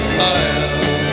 fire